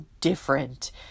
different